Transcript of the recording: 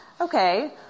Okay